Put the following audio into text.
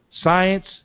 Science